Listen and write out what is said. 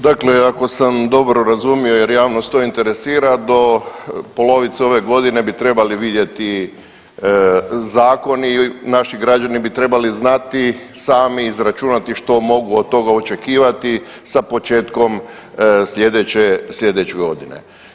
Dakle, ako sam dobro razumio jer javnost to interesira do polovice ove godine bi trebali vidjeti zakoni, naši građani bi trebali znati sami izračunati što mogu od toga očekivati sa početkom sljedeće godine.